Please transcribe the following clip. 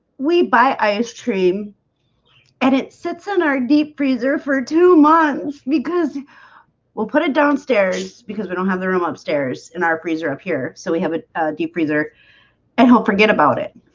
we buy ice cream and it sits in our deep freezer for two months because we'll put it downstairs because we don't have the room upstairs in our freezer up here. so we have a deep freezer i and don't forget about it